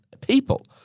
people